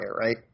right